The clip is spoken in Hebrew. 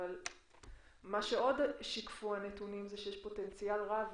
אבל מה שעוד שיקפו הנתונים הוא שיש פוטנציאל רב